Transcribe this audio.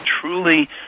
truly